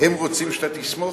הם חושבים שאתה תסמוך?